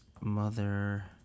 mother